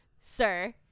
sir